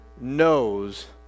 knows